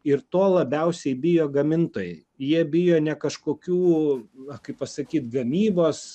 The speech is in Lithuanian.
ir to labiausiai bijo gamintojai jie bijo ne kažkokių va kaip pasakyt gamybos